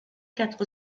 quatre